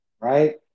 right